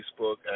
Facebook